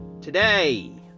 Today